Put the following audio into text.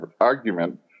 argument